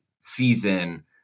season